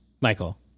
Michael